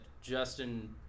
Justin